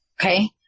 Okay